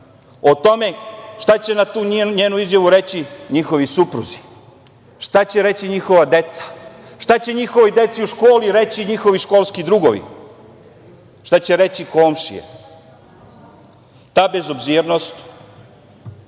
tome šta će na tu njenu izjavu reći njihovi supruzi, šta će reći njihova deca, šta će njihovoj deci u školi reći njihovi školski drugovi, šta će reći komšije? Ta bezobzirnost,